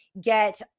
get